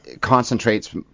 concentrates